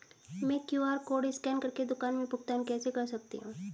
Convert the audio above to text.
मैं QR code scan कर के दुकान में भुगतान कैसे कर सकती हूँ?